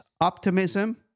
optimism